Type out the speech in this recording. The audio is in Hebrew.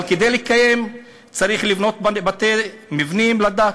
אבל כדי לקיים אותו צריך לבנות מבנים לדת.